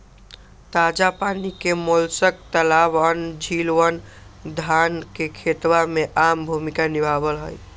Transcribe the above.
ताजा पानी के मोलस्क तालाबअन, झीलवन, धान के खेतवा में आम भूमिका निभावा हई